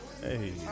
Hey